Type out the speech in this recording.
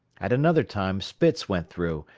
at another time spitz went through,